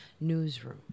newsroom